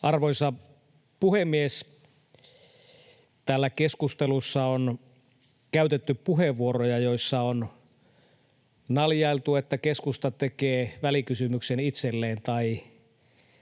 Arvoisa puhemies! Täällä keskustelussa on käytetty puheenvuoroja, joissa on naljailtu, että keskusta tekee välikysymyksen itselleen, tai